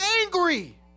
angry